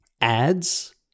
ads